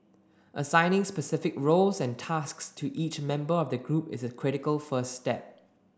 assigning specific roles and tasks to each member of the group is a critical first step